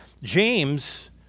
James